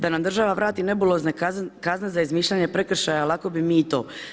Da nam država vrati nebulozne kazne za izmišljanje prekršaja, lako bi mi i to.